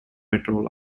patrol